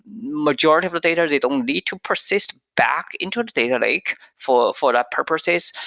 majority of the data, they don't need to persist back into the data lake for for that purposes.